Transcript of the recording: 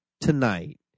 tonight